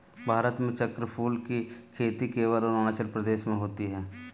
भारत में चक्रफूल की खेती केवल अरुणाचल में होती है